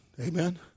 Amen